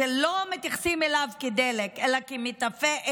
לא מתייחסים אליו כדלק אלא כמטפה לאש.